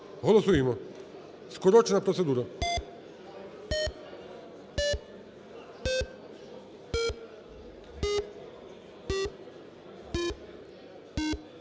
Голосуємо. Скорочена процедура.